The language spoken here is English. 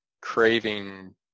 craving